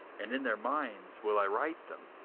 and in their minds will i write them